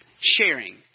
sharing